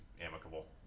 amicable